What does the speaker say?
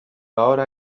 ahora